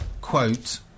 quote